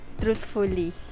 truthfully